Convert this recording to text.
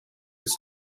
was